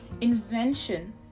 invention